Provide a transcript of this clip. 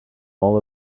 all